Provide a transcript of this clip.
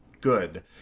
good